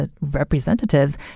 representatives